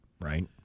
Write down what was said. Right